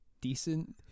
decent